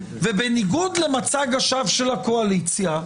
בניגוד למצג השווא של הקואליציה,